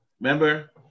Remember